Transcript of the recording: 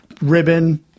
ribbon